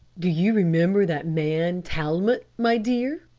do you remember that man talmot, my dear?